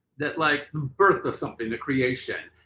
that like the birth of something, the creation.